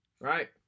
Right